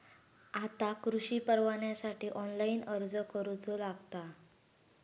आता कृषीपरवान्यासाठी ऑनलाइन अर्ज करूचो लागता